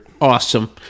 Awesome